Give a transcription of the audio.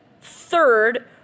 third